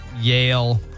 Yale